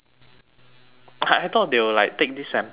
I thought they will like take this sample and like